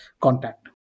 contact